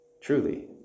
Truly